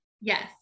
Yes